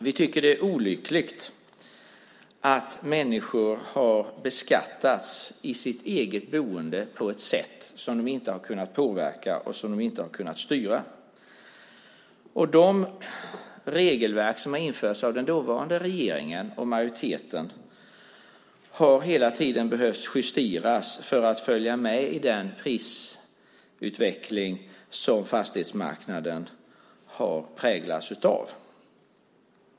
Vi tycker att det är olyckligt att människor har beskattats i sitt eget boende på ett sätt som de inte har kunnat påverka och som de inte har kunnat styra. De regelverk som infördes av den dåvarande regeringen och majoriteten har hela tiden behövt justeras för att följa med i den prisutveckling som fastighetsmarknaden har präglats av.